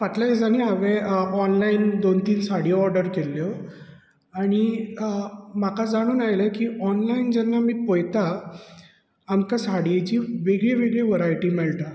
फाटले दिसानी हांवें ऑनलायन दोन तीन साड्यो ऑर्डर केल्ल्यो आनी म्हाका जाणून आयले की ऑनलायन जेन्ना आमी पळयता आमकां साडयेची वेगळी वेगळी वरायटी मेळटा